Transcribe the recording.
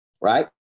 right